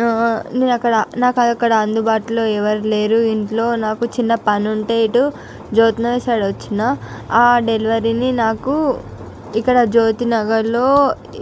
ఆ నేను అక్కడ నాకు అక్కడ అందుబాటులో ఎవరు లేరు ఇంట్లో నాకు చిన్న పని ఉంటే ఇటు జ్యోతి నగర్ సైడ్ వచ్చిన ఆ డెలివరీని నాకు ఇక్కడ జ్యోతి నగర్లో